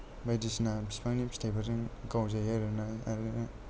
बायदिसिना फिफांनि फिथायफोरजों गावजायो आरोना आरो